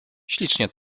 ślicznie